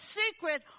secret